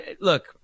look